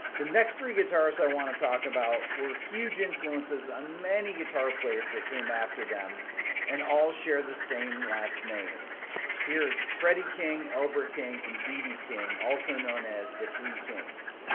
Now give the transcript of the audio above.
the next three guitarists i want talk about we're huge influences on many guitar players that came after them and all share the same last name here's freddie king albert king and bb king also known as the three kings